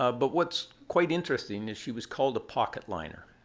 ah but what's quite interesting is she was called a pocket liner.